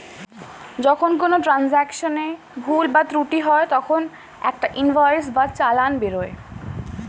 যখন কোনো ট্রান্জাকশনে ভুল বা ত্রুটি হয় তখন একটা ইনভয়েস বা চালান বেরোয়